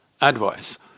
advice